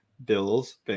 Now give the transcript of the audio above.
bills